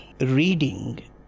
reading